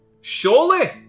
Surely